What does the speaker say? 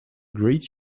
great